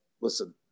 listen